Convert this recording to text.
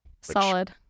Solid